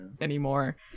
anymore